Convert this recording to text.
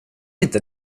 inte